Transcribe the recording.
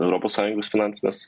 europos sąjungos finansinės